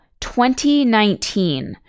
2019